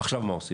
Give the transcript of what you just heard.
עכשיו מה עושים?